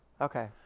Okay